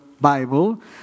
Bible